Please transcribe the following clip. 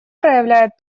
проявляет